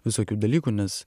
visokių dalykų nes